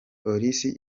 polisi